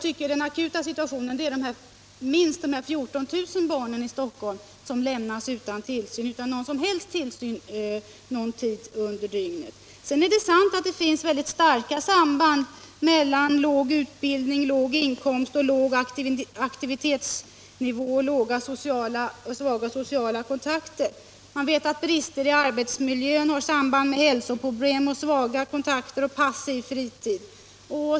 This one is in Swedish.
Den akuta situationen gäller emellertid de minst 14 000 barn i Stockholm som lämnas helt utan tillsyn någon tid under dygnet. Det är sant att det finns mycket starka samband mellan låg utbildning och låg inkomst — svaga sociala kontakter och låg aktivitetsnivå. Man vet att brister i arbetsmiljön har samband med hälsoproblem och svaga kontakter med passiv fritid.